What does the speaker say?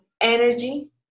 energy